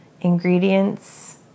ingredients